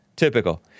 Typical